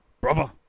Brother